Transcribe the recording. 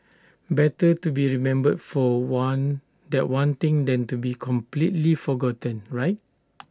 better to be remembered for one that one thing than to be completely forgotten right